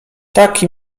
taki